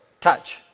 touch